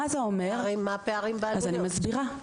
ואני מסבירה,